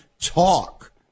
talk